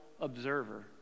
observer